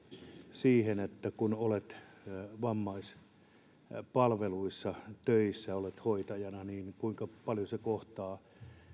kun on vammaispalveluissa töissä on hoitajana kuinka paljon